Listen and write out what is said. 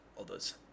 others